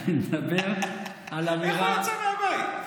איך הוא יוצא מהבית?